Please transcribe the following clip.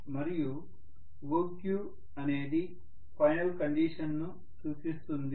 మరియు OQ అనేది final కండిషన్ను సూచిస్తుంది